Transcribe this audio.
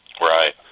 Right